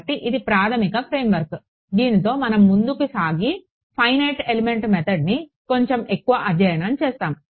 కాబట్టి ఇది ప్రాథమిక ఫ్రేమ్వర్క్ దీనితో మనం ముందుకు సాగి ఫైనైట్ ఎలిమెంట్ మెథడ్ ని కొంచెం ఎక్కువ అధ్యయనం చేస్తాము